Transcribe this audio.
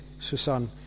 Susan